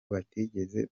batigeze